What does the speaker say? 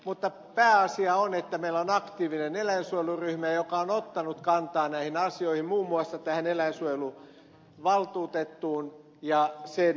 mutta pääasia on että meillä on aktiivinen eläinsuojeluryhmä joka on ottanut kantaa näihin asioihin muun muassa tähän eläinsuojeluvaltuutettuun